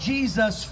Jesus